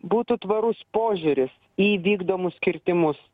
būtų tvarus požiūris į vykdomus kirtimus